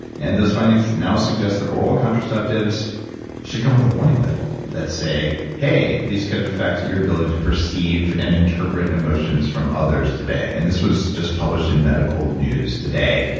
and those findings now suggest that oral contraceptives should come with a warning label that say, hey, these could affect your ability to perceive and interpret emotions from others today. and this was just published in medical news today,